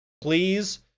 Please